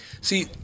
see